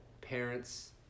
parents